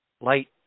Light